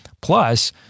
Plus